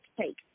take